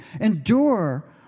endure